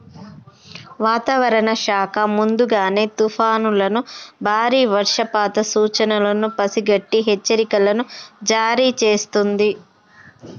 వాతావరణ శాఖ ముందుగానే తుఫానులను బారి వర్షపాత సూచనలను పసిగట్టి హెచ్చరికలను జారీ చేస్తుంది